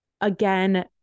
Again